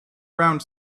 around